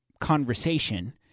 conversation